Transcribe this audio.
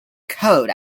code